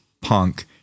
punk